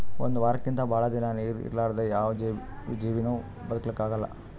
ಒಂದ್ ವಾರಕ್ಕಿಂತ್ ಭಾಳ್ ದಿನಾ ನೀರ್ ಇರಲಾರ್ದೆ ಯಾವ್ ಜೀವಿನೂ ಬದಕಲಕ್ಕ್ ಆಗಲ್ಲಾ